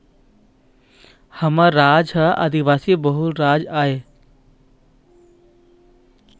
हमर राज ह आदिवासी बहुल राज आय